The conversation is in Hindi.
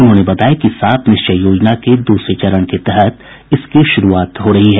उन्होंने बताया कि सात निश्चय योजना के दूसरे चरण के तहत इसकी शुरूआत हो रही है